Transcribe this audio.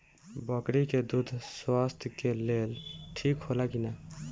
बकरी के दूध स्वास्थ्य के लेल ठीक होला कि ना?